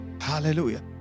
Hallelujah